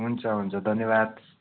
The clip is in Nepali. हुन्छ हुन्छ धन्यवाद